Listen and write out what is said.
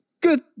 Good